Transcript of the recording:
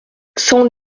cent